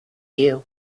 you